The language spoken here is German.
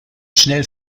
schnell